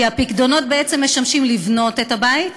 כי הפיקדונות בעצם משמשים לבנות את הבית,